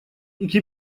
iki